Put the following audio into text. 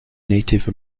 native